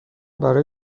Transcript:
برای